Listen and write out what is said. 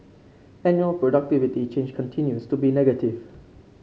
annual productivity change continues to be negative